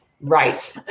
Right